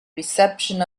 reception